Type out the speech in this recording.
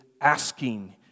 asking